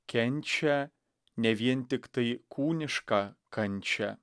kenčia ne vien tiktai kūnišką kančią